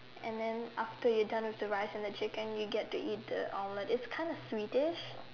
and then after you done with the rice and the chicken you get to eat the omelette it's kinda sweetish